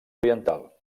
oriental